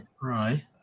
Right